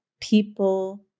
people